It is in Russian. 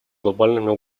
глобальными